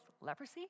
leprosy